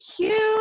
cute